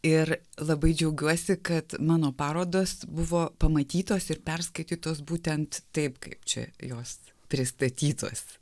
ir labai džiaugiuosi kad mano parodos buvo pamatytos ir perskaitytos būtent taip kaip čia jos pristatytos